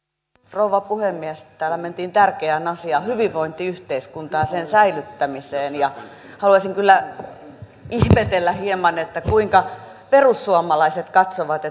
rouva puhemies täällä mentiin tärkeään asiaan hyvinvointiyhteiskuntaan sen säilyttämiseen ja haluaisin kyllä ihmetellä hieman kuinka perussuomalaiset katsovat